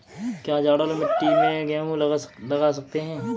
क्या जलोढ़ मिट्टी में गेहूँ लगा सकते हैं?